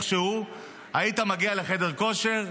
איכשהו היית מגיע לחדר כושר,